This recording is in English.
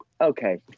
okay